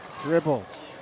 Dribbles